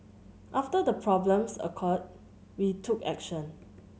after the problems occurred we took action